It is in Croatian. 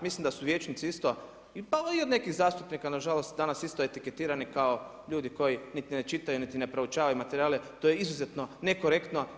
Mislim da su vijećnici isto pa i od nekih zastupnika danas isto etiketirani kao ljudi koji nit ne čitaju niti ne proučavaju materijale, to je izuzetno nekorektno.